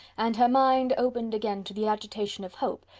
and her mind opened again to the agitation of hope,